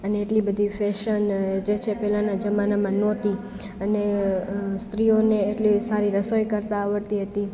અને એટલી બધી ફેશન જે છે પહેલાના જમાનામાં નહોતી અને સ્ત્રીઓને એટલી સારી રસોઈ કરતાં આવડતી હતી